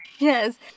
Yes